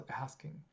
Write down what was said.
asking